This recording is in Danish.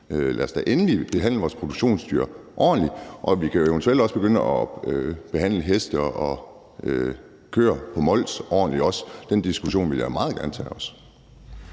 Lad os da endelig behandle vores produktionsdyr ordentligt. Og vi kan jo eventuelt også begynde at behandle heste og køer på Mols ordentligt. Den diskussion vil jeg også meget gerne tage.